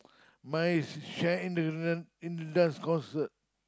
mine is share in share in the dance concert